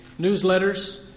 newsletters